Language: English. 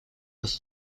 was